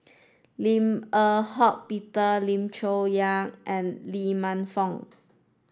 Lim Eng Hock Peter Lim Chong Yah and Lee Man Fong